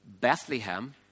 Bethlehem